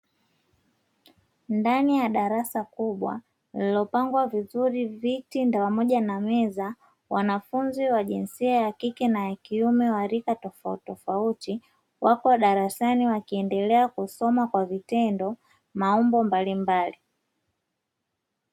Ndani ya darasa kubwa lililopangwa vizuri viti pamoja na meza. Wanafunzi wa jinsia ya kike na kiume wa rika tofautitofauti wako darasani, wakiendelea kusoma kwa vitendo maumbo mbalimbali.